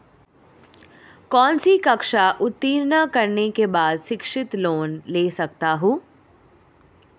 कौनसी कक्षा उत्तीर्ण करने के बाद शिक्षित लोंन ले सकता हूं?